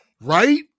right